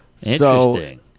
Interesting